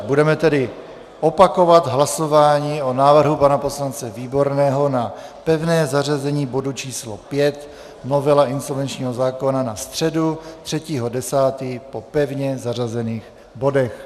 Budeme tedy opakovat hlasování o návrhu pana poslance Výborného na pevné zařazení bodu číslo 5, novela insolvenčního zákona, na středu 3. 10. po pevně zařazených bodech.